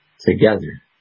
together